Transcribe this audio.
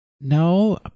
no